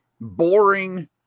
boring